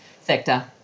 sector